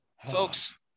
Folks